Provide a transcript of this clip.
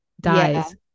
Dies